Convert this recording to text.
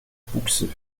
pouxeux